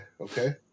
Okay